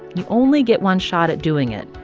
you only get one shot at doing it.